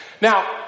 Now